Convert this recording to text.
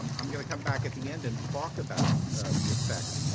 um i'm going to come back at the end and talk about the effects.